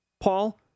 Paul